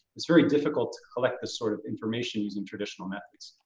it's very difficult to collect this sort of information using traditional methods.